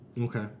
Okay